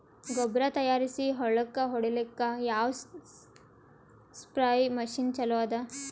ಗೊಬ್ಬರ ತಯಾರಿಸಿ ಹೊಳ್ಳಕ ಹೊಡೇಲ್ಲಿಕ ಯಾವ ಸ್ಪ್ರಯ್ ಮಷಿನ್ ಚಲೋ ಅದ?